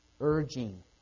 urging